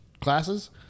classes